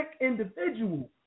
individual